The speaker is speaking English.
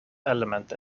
element